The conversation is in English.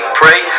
pray